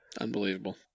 Unbelievable